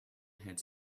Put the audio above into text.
had